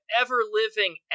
ever-living